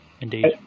Indeed